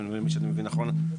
ממה שאני מבין נכון,